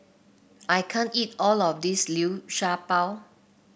I can't eat all of this Liu Sha Bao